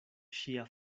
ŝia